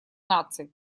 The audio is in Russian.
наций